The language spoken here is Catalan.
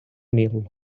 nil